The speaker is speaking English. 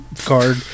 Card